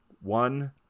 One